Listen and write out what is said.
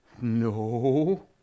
No